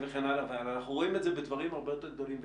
אנחנו דנים היום בדוח מבקר המדינה האחרון 70ג,